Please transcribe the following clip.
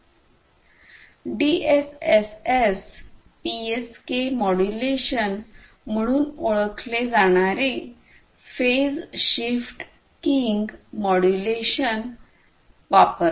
DSSS PSK modulation म्हणून ओळखले जाणारे फेज शिफ्ट कींग मॉड्यूलेशन वापरते